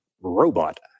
robot